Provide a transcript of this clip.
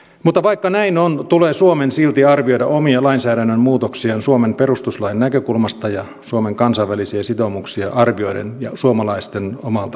mutta vaikka näin on tulee suomen silti arvioida omia lainsäädännön muutoksiaan suomen perustuslain näkökulmasta suomen kansainvälisiä sitoumuksia arvioiden ja suomalaisten omalta arvopohjalta